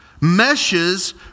meshes